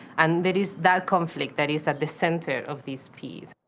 and there is that conflict that is at the center of this piece.